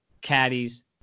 caddies